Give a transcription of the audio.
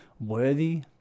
worthy